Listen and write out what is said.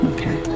Okay